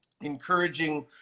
encouraging